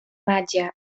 màgia